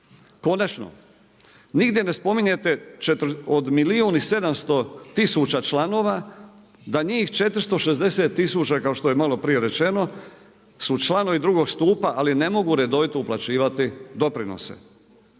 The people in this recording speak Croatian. Konačno nigdje ne spominjete od milijun i 700 tisuća članova da njih 460 tisuća kao što je maloprije rečeno su članovi drugog stupa ali ne mogu redovito uplaćivati doprinose